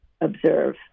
observe